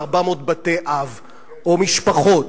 זה 400 בתי-אב או משפחות.